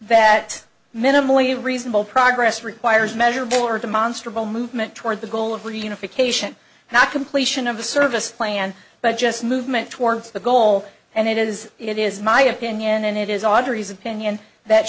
that minimally reasonable progress requires measurable or demonstrably movement toward the goal of reunification not completion of the service plan but just movement towards the goal and it is it is my opinion and it is audrey's opinion that